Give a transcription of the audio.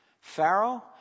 Pharaoh